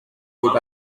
vuit